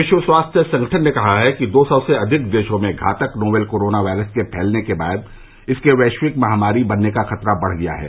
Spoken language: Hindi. विश्व स्वास्थ्य संगठन ने कहा है कि सौ से अधिक देशों में घातक नोवेल कोरोना वायरस के फैलने के बाद इसके वैश्विक महामारी बनने का खतरा बढ गया है